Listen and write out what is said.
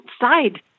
outside